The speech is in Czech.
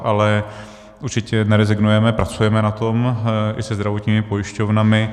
Ale určitě nerezignujeme, pracujeme na tom i se zdravotními pojišťovnami.